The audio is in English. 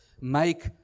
make